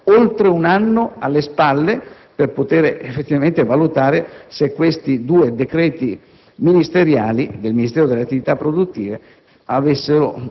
tuttavia oltre un anno alle spalle per valutare effettivamente se questi due decreti ministeriali del Ministero delle attività produttive